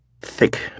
thick